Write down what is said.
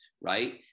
right